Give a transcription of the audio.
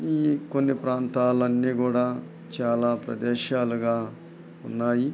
ఈ కొన్ని ప్రాంతాలు అన్నీ కూడా చాలా ప్రదేశాలుగా ఉన్నాయి